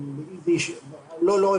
8.1% בספטמבר 2020. אז אלה כן נתונים מעודכנים.